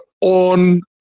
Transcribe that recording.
on